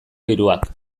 hiruak